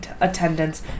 attendance